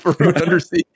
Undersea